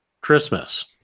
christmas